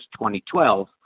2012